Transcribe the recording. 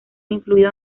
influido